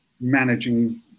managing